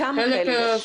כמה כאלה יש?